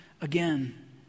again